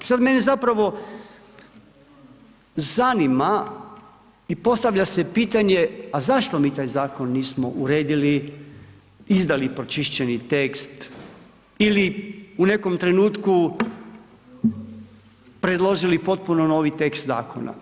Sada mene zapravo zanima i postavlja se pitanje, a zašto mi taj zakon nismo uredili izdali pročišćeni tekst ili u nekom trenutku predložili potpuno novi tekst zakona?